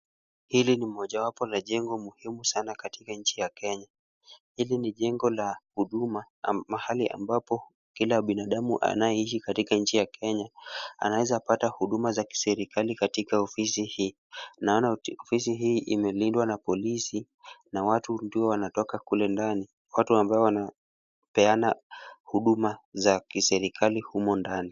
Hili ni mojawapo la jengo muhimu sana katika nchi ya Kenya. Hili ni jengo la huduma mahali ambapo kila binadamu anayeishi katika nchi ya Kenya anaweza pata huduma za kiserikali katika ofisi hii. Naona ofisi hii imelindwa na polisi, na watu ndio wanatoka kule ndani. Watu ambao wanapeana huduma za kiserikali humo ndani.